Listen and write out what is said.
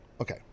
Okay